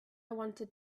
wanted